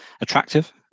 attractive